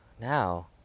Now